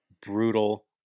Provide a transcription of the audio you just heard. Brutal